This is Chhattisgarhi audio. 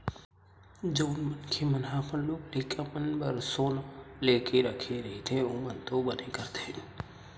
जउन मनखे मन अपन लोग लइका मन बर सोना लेके रखे रहिथे ओमन तो बने करथे